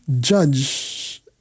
Judge